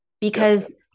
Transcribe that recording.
because-